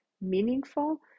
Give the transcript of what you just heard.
meaningful